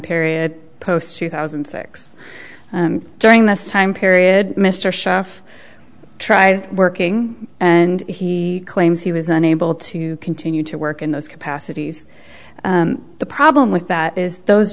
period post two thousand and six during this time period mr chef tried working and he claims he was unable to continue to work in those capacities the problem with that is those